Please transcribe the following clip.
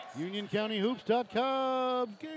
unioncountyhoops.com